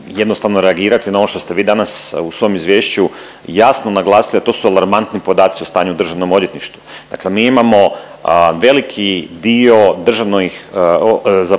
jednostavno reagirati na ovo što ste vi danas u svom izvješću jasno naglasili, a to su alarmantni podaci o stanju u državnom odvjetništvu. Dakle, mi imamo veliki dio državnih zaposlenika